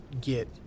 get